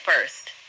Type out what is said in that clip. first